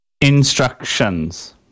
Instructions